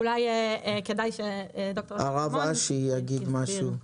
אולי כדאי שד"ר שלמון יסביר.